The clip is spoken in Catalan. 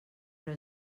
però